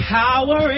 power